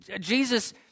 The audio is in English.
Jesus